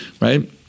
right